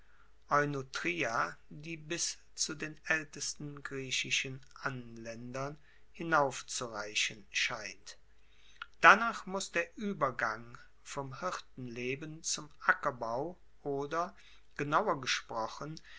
die bis zu den aeltesten griechischen anlaendern hinaufzureichen scheint danach muss der uebergang vom hirtenleben zum ackerbau oder genauer gesprochen